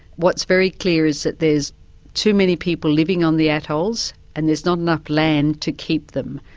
what's very clear is that there's too many people living on the atolls and there's not enough land to keep them.